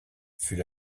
fut